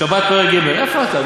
שבת פרק ג' איפה אתה?